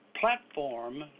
platform